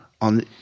on